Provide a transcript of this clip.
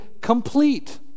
complete